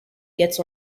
gets